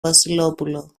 βασιλόπουλο